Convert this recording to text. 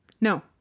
No